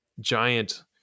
giant